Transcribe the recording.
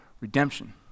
Redemption